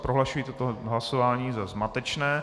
Prohlašuji toto hlasování za zmatečné.